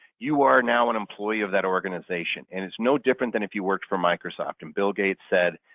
you are now an employee of that organization and it's no different than if you worked for microsoft and bill gates said,